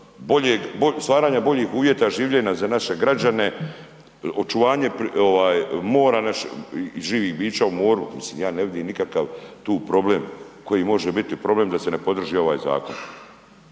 stvaranja boljih uvjeta življenja za naše građane, očuvanje mora i živih bića u moru, mislim, ja ne vidim nikakav tu problem koji može biti problem da se ne podrži ovaj zakona